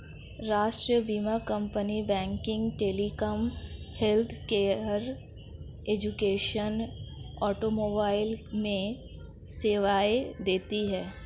राष्ट्रीय बीमा company banking, telecom, healthcare, education, automobile में सेवाएं देती है